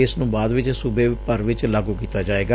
ਇਸ ਨੂੰ ਬਾਅਦ ਵਿੱਚ ਸੁਬੇ ਭਰ ਵਿੱਚ ਲਾਗੁ ਕੀਤਾ ਜਾਵੇਗਾ